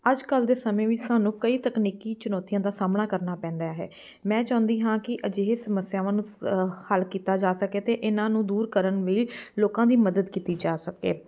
ਅੱਜ ਕੱਲ੍ਹ ਦੇ ਸਮੇਂ ਵਿੱਚ ਸਾਨੂੰ ਕਈ ਤਕਨੀਕੀ ਚੁਣੌਤੀਆਂ ਦਾ ਸਾਹਮਣਾ ਕਰਨਾ ਪੈਂਦਾ ਹੈ ਮੈਂ ਚਾਹੁੰਦੀ ਹਾਂ ਕਿ ਅਜਿਹੇ ਸਮੱਸਿਆਵਾਂ ਨੂੰ ਹੱਲ ਕੀਤਾ ਜਾ ਸਕੇ ਅਤੇ ਇਹਨਾਂ ਨੂੰ ਦੂਰ ਕਰਨ ਲਈ ਲੋਕਾਂ ਦੀ ਮਦਦ ਕੀਤੀ ਜਾ ਸਕੇ